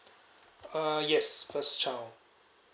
uh yes first child